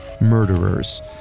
murderers